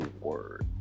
word